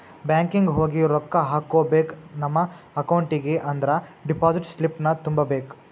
banking ಹೋಗಿ ರೊಕ್ಕ ಹಾಕ್ಕೋಬೇಕ್ ನಮ ಅಕೌಂಟಿಗಿ ಅಂದ್ರ ಡೆಪಾಸಿಟ್ ಸ್ಲಿಪ್ನ ತುಂಬಬೇಕ್